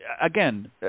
again